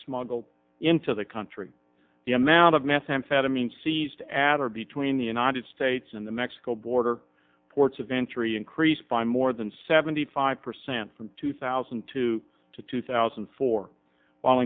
smuggled into the country the amount of methamphetamine seized at or between the united states and the mexico border ports of entry increased by more than seventy five percent from two thousand and two to two thousand and four